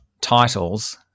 titles